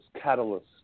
catalyst